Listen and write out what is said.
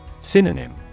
Synonym